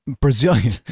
Brazilian